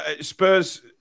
Spurs